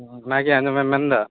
ᱚᱱᱟᱜᱮ ᱟᱸᱡᱚᱢᱮᱢ ᱢᱮᱱᱫᱟ